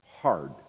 hard